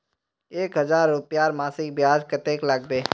एक हजार रूपयार मासिक ब्याज कतेक लागबे?